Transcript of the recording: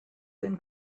been